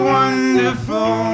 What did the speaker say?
wonderful